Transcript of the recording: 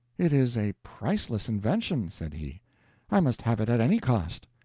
it is a priceless invention, said he i must have it at any cost.